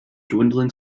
dwindling